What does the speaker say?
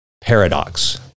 paradox